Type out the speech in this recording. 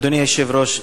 אדוני היושב-ראש,